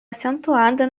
acentuada